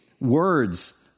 words